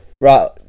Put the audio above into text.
Right